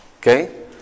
Okay